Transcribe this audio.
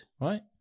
right